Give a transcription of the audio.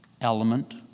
element